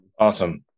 Awesome